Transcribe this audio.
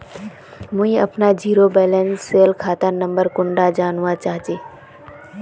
मुई अपना zero balance सेल खाता नंबर कुंडा जानवा चाहची?